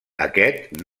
aquest